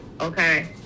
okay